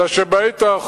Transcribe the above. אלא שבעת האחרונה,